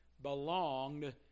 Belonged